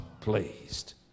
pleased